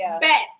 bet